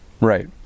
right